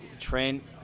Trent